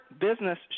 business